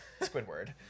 Squidward